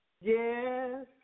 Yes